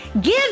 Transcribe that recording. give